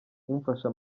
umfasha